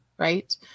right